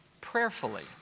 prayerfully